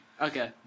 Okay